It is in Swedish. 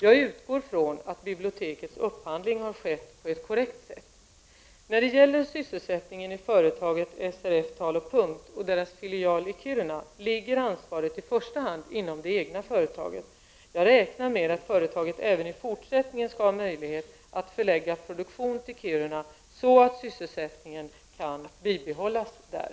Jag utgår från att bibliotekets upphandling har skett på ett korrekt sätt. När det gäller sysselsättningen i företaget SRF Tal & Punkt och deras filial i Kiruna ligger ansvaret i första hand inom det egna företaget. Jag räknar med att företaget även i fortsättningen skall ha möjlighet att förlägga produktionen till Kiruna så att sysselsättningen kan bibehållas där.